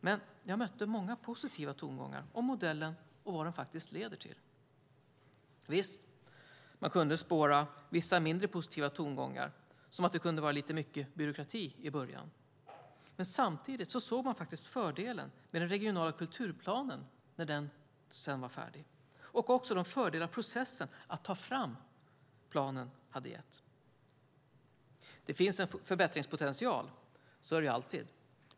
Men jag mötte många positiva tongångar om modellen och vad den faktiskt leder till. Visst kunde man spåra vissa mindre positiva tongångar, som att det kunde vara lite mycket byråkrati i början. Men samtidigt såg man faktiskt fördelen med den regionala kulturplanen när den sedan var färdig och också de fördelar som processen att ta fram planen hade gett. Det finns en förbättringspotential. Så är det alltid.